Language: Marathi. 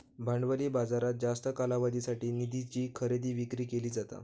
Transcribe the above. भांडवली बाजारात जास्त कालावधीसाठी निधीची खरेदी विक्री केली जाता